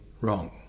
wrong